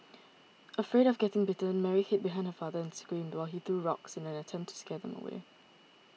afraid of getting bitten Mary hid behind her father and screamed while he threw rocks in an attempt to scare them away